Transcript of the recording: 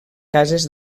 cases